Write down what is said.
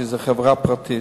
כי זו חברה פרטית.